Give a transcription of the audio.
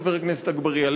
חבר הכנסת אגבאריה,